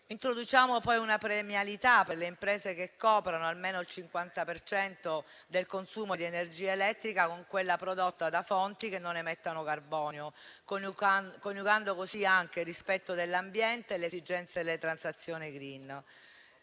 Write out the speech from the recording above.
Introduciamo, poi, una premialità per le imprese che coprono almeno il 50 per cento del consumo di energia elettrica con quella prodotta da fonti che non emettano carbonio, coniugando così anche rispetto dell'ambiente e l'esigenza della transizione *green*.